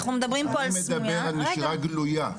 אני מדבר על נשירה גלויה.